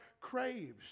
craves